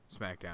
SmackDown